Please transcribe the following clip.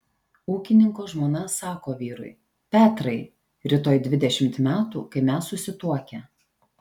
ūkininko žmona sako vyrui petrai rytoj dvidešimt metų kai mes susituokę